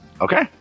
Okay